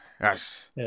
Yes